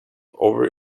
over